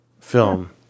film